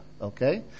okay